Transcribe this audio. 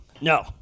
no